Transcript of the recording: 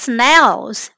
Snails